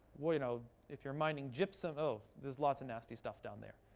yeah you know, if you're mining gypsum. oh, there's lots of nasty stuff down there.